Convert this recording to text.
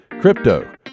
Crypto